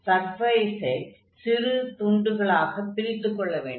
சர்ஃபேஸை சிறு துண்டுகளாக பிரித்துக் கொள்ள வேண்டும்